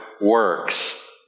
works